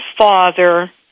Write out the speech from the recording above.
father